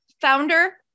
founder